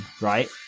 right